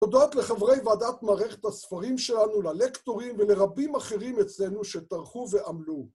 תודות לחברי ועדת מערכת הספרים שלנו, ללקטורים ולרבים אחרים אצלנו שטרחו ועמלו.